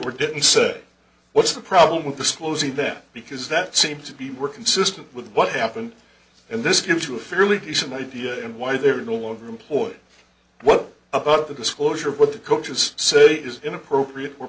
or didn't say what's the problem with disclosing that because that seems to be were consistent with what happened and this gives you a fairly decent idea and why they're no longer employed what about the disclosure of what the coach has said is inappropriate or